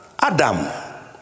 Adam